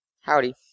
Howdy